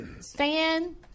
Stan